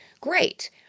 great